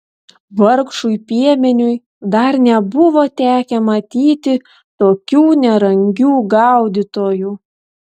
vargšui piemeniui dar nebuvo tekę matyti tokių nerangių gaudytojų